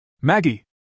Maggie